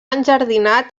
enjardinat